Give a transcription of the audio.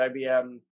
IBM